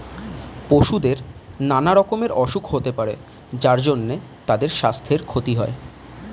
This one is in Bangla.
পশুদের নানা রকমের অসুখ হতে পারে যার জন্যে তাদের সাস্থের ক্ষতি হয়